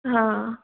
हा